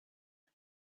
and